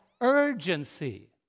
urgency